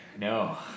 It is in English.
No